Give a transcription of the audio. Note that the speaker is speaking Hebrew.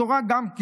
גם התורה מעודדת,